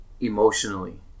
emotionally